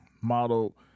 model